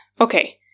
okay